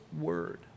word